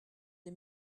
des